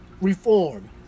reform